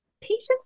patients